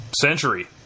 Century